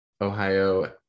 ohio